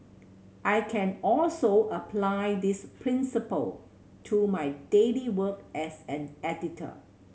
I can also apply this principle to my daily work as an editor